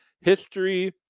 history